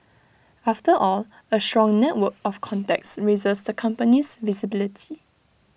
after all A strong network of contacts raises the company's visibility